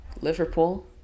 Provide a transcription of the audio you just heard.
Liverpool